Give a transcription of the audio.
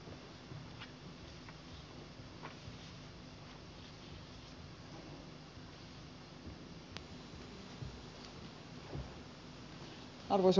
hyvät kollegat